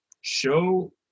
show